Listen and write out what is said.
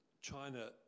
China